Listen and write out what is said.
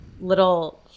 little